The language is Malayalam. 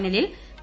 ഫൈനലിൽ പി